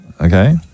okay